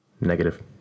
Negative